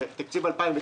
זה תקציב 2019,